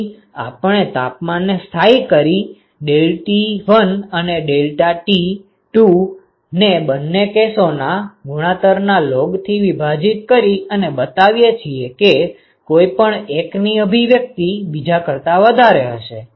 અહીં આપણે તાપમાનને સ્થાયી કરી ડેલ્ટા ટી 1 ડેલ્ટા ટી 2 ને બંને કેસોના ગુણોત્તરના લોગથી વિભાજીત કરી અને બતાવીએ છીએ કે કોઈ પણ એકની અભિવ્યક્તિ બીજા કરતાં વધારે હશે